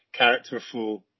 characterful